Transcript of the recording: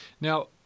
now